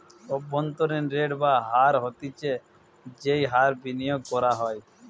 অভ্যন্তরীন রেট বা হার হতিছে যেই হার বিনিয়োগ করা হয়